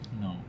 no